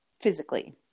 physically